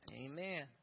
Amen